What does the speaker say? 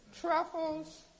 Truffles